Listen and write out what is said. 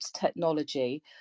technology